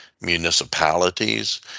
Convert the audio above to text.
municipalities